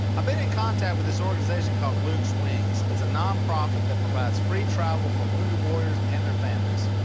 i've been in contact with this organization called luke's wings. it's a nonprofit that provides free travel for wounded warriors and their families.